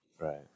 Right